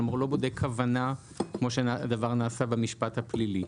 כלומר הוא לא בודק כוונה כמו שהדבר נעשה במשפט הפלילי.